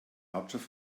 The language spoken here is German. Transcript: hauptstadt